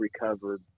recovered